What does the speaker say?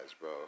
bro